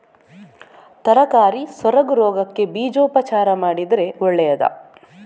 ತರಕಾರಿ ಸೊರಗು ರೋಗಕ್ಕೆ ಬೀಜೋಪಚಾರ ಮಾಡಿದ್ರೆ ಒಳ್ಳೆದಾ?